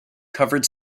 covered